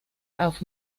auf